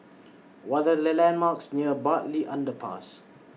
What Are The landmarks near Bartley Underpass